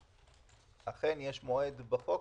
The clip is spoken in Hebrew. אכן יש מועד בחוק,